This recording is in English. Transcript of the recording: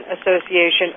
Association